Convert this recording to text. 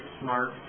smart